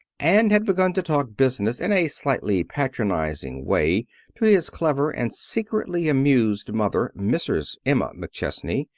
and had begun to talk business in a slightly patronizing way to his clever and secretly amused mother, mrs. emma mcchesney,